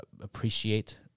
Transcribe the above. appreciate